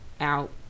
out